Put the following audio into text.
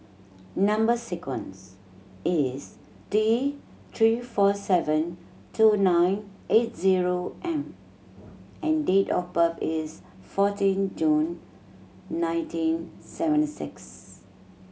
number sequence is T Three four seven two nine eight zero M and date of birth is fourteen June nineteen seventy six